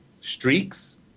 streaks